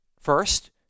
First